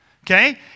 Okay